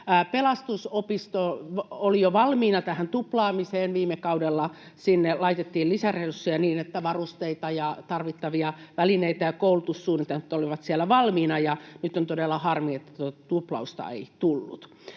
Pelastusopisto oli jo valmiina tähän tuplaamiseen. Viime kaudella sinne laitettiin lisäresursseja, niin että varusteet, tarvittavat välineet ja koulutussuunnitelmat olivat siellä valmiina. Nyt on todella harmi, että tuota tuplausta ei tullut.